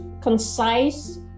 concise